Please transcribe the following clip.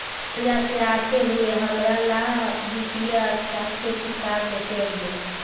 तु बाजार से आते हुए हमारा ला वित्तीय अर्थशास्त्र की किताब लेते अइहे